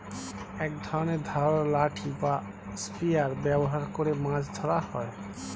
এক ধরনের ধারালো লাঠি বা স্পিয়ার ব্যবহার করে মাছ ধরা হয়